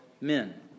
men